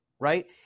Right